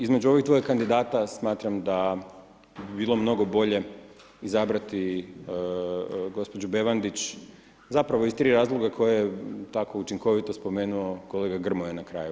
Između ovih dvoje kandidata smatram da bi bilo mnogo bolje izabrati g. Bevandić, zapravo iz tri razloga koja je tako učinkovito spomenuo kolega Grmoja na kraju.